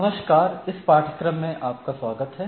नमस्कार इस पाठ्यक्रम में आपका स्वागत है